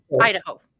Idaho